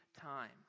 time